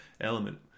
element